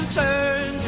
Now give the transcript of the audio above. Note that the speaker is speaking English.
turn